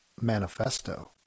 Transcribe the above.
manifesto